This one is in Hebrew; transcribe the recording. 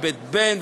איבד בן,